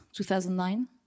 2009